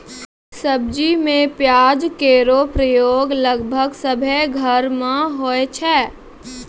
सब्जी में प्याज केरो प्रयोग लगभग सभ्भे घरो म होय छै